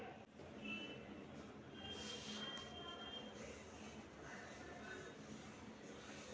ఎత్తు కొమ్మలు మీద ఉన్న మామిడికాయలును కోయడానికి వాడే యంత్రం ఎంటి?